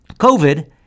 COVID